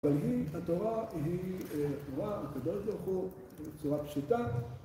אבל היא, התורה היא תורה הקבלת לרחוב בצורה פשוטה